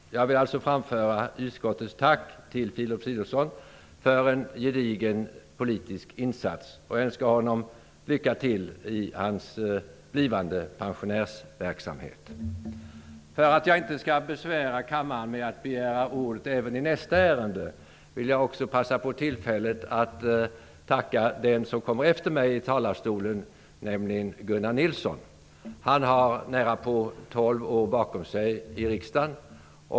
Jag vill framföra utskottets tack till Filip Fridolfsson för en gedigen politisk insats och önska honom lycka till i hans blivande pensionärsverksamhet. För att inte besvära kammarens ledamöter med att begära ordet även i nästa ärende vill jag också begagna tillfället att tacka den som kommer efter mig i talarstolen, nämligen Gunnar Nilsson. Han har närapå tolv år bakom sig i riksdagen.